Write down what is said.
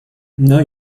now